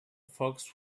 folks